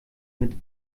mit